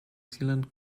zealand